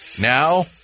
Now